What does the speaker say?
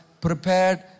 prepared